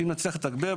אם נצליח לתגבר,